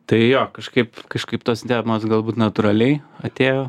tai jo kažkaip kažkaip tos temos galbūt natūraliai atėjo